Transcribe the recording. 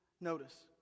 notice